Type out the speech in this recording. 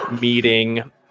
Meeting